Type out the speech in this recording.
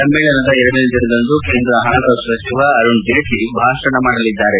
ಸಮ್ಮೇಳನದ ಎರಡನೇ ದಿನದಂದು ಕೇಂದ್ರ ಹಣಕಾಸು ಸಚಿವ ಅರುಣ್ ಜೇಟ್ಲ ಭಾಷಣ ಮಾಡಲಿದ್ದಾರೆ